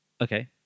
Okay